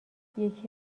یکی